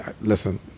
listen